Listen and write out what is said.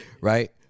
right